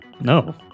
no